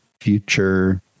future